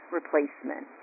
replacement